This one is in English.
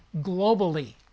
globally